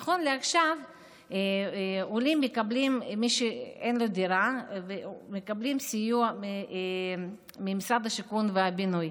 נכון לעכשיו עולים שאין להם דירה מקבלים סיוע ממשרד השיכון והבינוי.